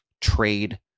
trade